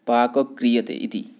पाक क्रियते इति